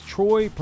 Troy